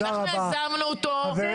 אנחנו יזמנו אותו --- חברים, אנחנו באמצע הצבעה.